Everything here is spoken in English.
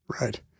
right